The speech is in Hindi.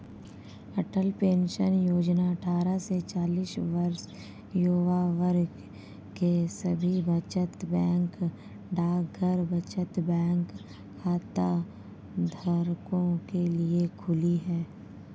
अटल पेंशन योजना अट्ठारह से चालीस वर्ष आयु वर्ग के सभी बचत बैंक डाकघर बचत बैंक खाताधारकों के लिए खुली है